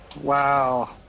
Wow